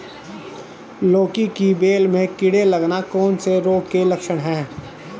लौकी की बेल में कीड़े लगना कौन से रोग के लक्षण हैं?